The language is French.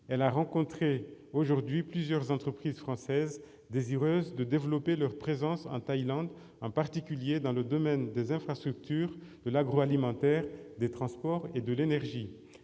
elle a rencontré plusieurs entreprises françaises désireuses de développer leur présence en Thaïlande, en particulier dans le domaine des infrastructures, de l'agroalimentaire, des transports et de l'énergie.